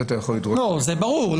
זה ברור.